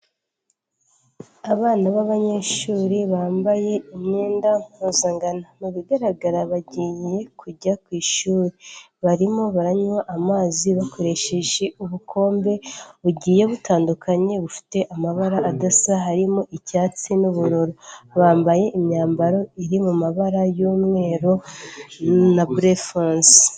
Abana b'abanyeshuri bambaye imyenda mpuzankano mu bigaragara bagiye kujya ku ishuri barimo baranywa amazi bakoresheje ubukombe bugiye butandukanye bufite amabara adasa harimo icyatsi n'ubururu bambaye imyambaro iri mu mabara y'umweru na blue fonce.